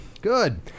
Good